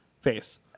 face